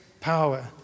power